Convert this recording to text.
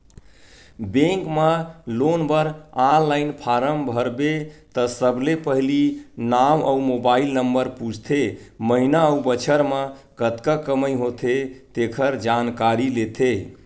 bank म loan बर online form भरबे त सबले पहिली नांव अउ मोबाईल नंबर पूछथे, महिना अउ बछर म कतका कमई होथे तेखर जानकारी लेथे